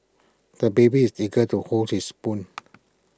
the baby is eager to hold his spoon